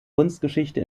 kunstgeschichte